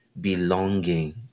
belonging